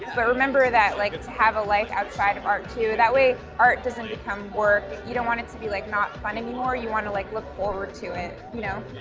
but remember that like to have a life outside of art too. that way, art doesn't become work. you don't wanna it to be like not fun anymore, you wanna like, look forward to it, you know.